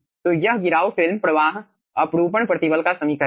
तो यह गिराव फिल्म प्रवाह अपरूपण प्रतिबल का समीकरण है